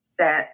set